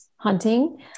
hunting